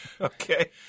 Okay